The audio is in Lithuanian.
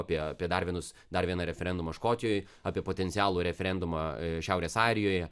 apie apie dar vienus dar vieną referendumą škotijoj apie potencialų referendumą šiaurės airijoje